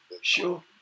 Sure